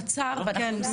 קצר ואנחנו מסיימים.